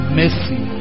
mercy